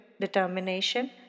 determination